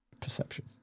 Perception